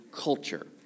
culture